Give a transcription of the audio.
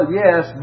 yes